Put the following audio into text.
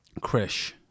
Krish